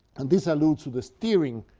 and this alludes to the steering